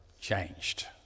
changed